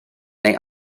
neu